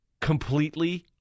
Completely